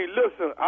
listen